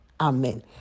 Amen